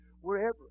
wherever